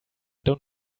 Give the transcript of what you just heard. dont